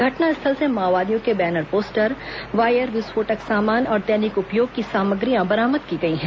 घटनास्थल से माओवादियों के बैनर पोस्टर वायर विस्फोटक सामान और दैनिक उपयोग की सामग्रियां बरामद की गई हैं